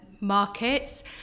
markets